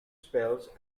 spells